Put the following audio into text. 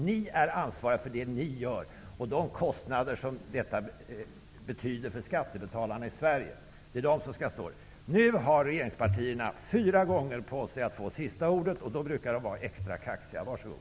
Ni är ansvariga för det ni gör och de kostnader som detta medför för skattebetalarna i Sverige. Nu har regeringspartierna fyra gånger på sig att få sista ordet. Då brukar de vara extra kaxiga. Var så god!